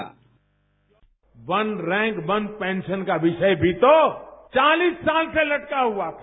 bite one rank one pension का विषय भी तो चालीस साल से लटका हुआ था